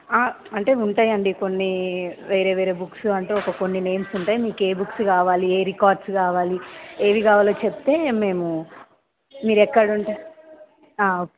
ఆ అంటే ఉంటాయండి కొన్ని వేరే వేరే బుక్స్ అంటూ కొన్ని నేమ్స్ ఉంటాయి మీకు ఏ బుక్స్ కావాలి ఏ రికార్డ్స్ కావాలి ఏవి కావాలో చెప్తే మేము మీరు ఎక్కడ ఉంటారు ఓకే